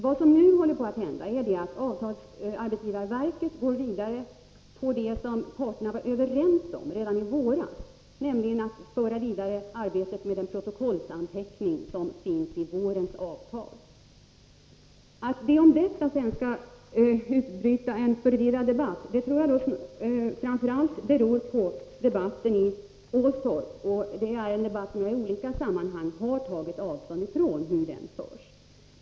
Vad som nu håller på att hända är att arbetsgivarverket går vidare på det som parterna var överens om redan i våras, nämligen arbetet med den protokollsanteckning som finns i vårens avtal. Det förhållandet att det sedan bryter ut en förvirrad debatt om detta tror jag framför allt beror på diskussionerna i Åstorp — och jag har i olika sammanhang tagit avstånd från det sätt på vilket den diskussionen förs.